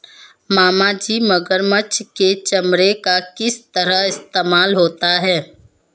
मामाजी मगरमच्छ के चमड़े का किस तरह इस्तेमाल होता है?